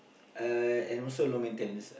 uh and also low maintenance